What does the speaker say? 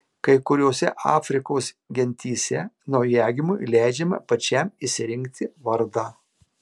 kai kuriose afrikos gentyse naujagimiui leidžiama pačiam išsirinkti vardą